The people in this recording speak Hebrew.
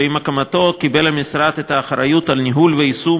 ועם הקמתו קיבל המשרד את האחריות לניהול וליישום